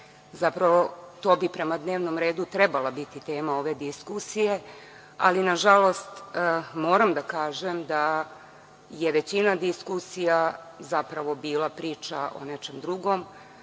Zapravo, to bi prema dnevnom redu trebalo biti tema ove diskusije, ali nažalost, moram da kažem da je većina diskusija zapravo bila priča o nečemu drugom,